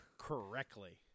Correctly